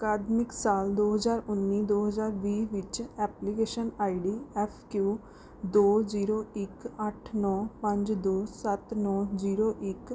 ਅਕਾਦਮਿਕ ਸਾਲ ਦੋ ਹਜ਼ਾਰ ਉੱਨੀ ਦੋ ਹਜ਼ਾਰ ਵੀਹ ਵਿੱਚ application I D F Q ਦੋ ਜੀਰੋ ਇੱਕ ਅੱਠ ਨੌ ਪੰਜ ਦੋ ਸੱਤ ਨੌ ਜੀਰੋ ਇੱਕ